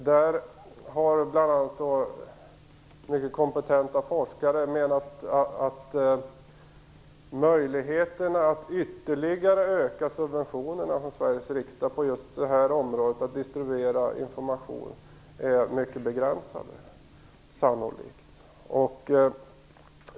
Där har alltså mycket kompetenta forskare menat att möjligheterna att ytterligare öka subventionerna från Sveriges riksdag på just det här området, när det gäller att distribuera information, sannolikt är mycket begränsade.